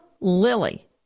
Lily